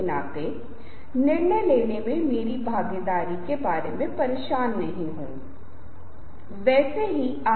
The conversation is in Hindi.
तो आप पाते हैं कि यदि सौ लोग यहाँ बैठे हैं तो उनसे कैसे बात करें